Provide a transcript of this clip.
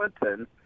Clinton